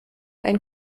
ein